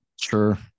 Sure